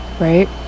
Right